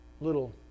little